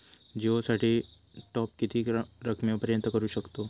जिओ साठी टॉप किती रकमेपर्यंत करू शकतव?